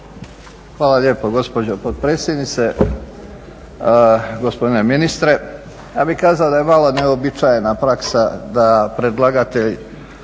Hvala lijepo gospođo potpredsjednice. Gospodine ministre. Ja bih kazao da je malo neuobičajena praksa da predlagatelj